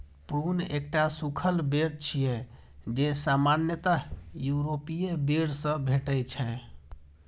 prune एकटा सूखल बेर छियै, जे सामान्यतः यूरोपीय बेर सं भेटै छै